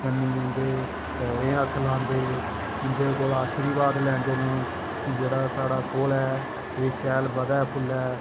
कन्नै उं'दे पैरें ई हत्थ लांदे उ'न्दे कोला आशीर्वाद लैंदे न कि जेह्ड़ा साढ़ा कुल ऐ एह् शैल बधै फुल्लै